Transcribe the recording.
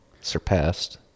surpassed